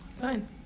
Fine